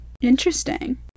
Interesting